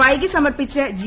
വൈകി സമർപ്പിച്ച ജി